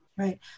Right